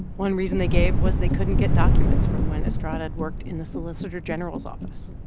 one reason they gave was they couldn't get documents from when estrada had worked in the solicitor general's office.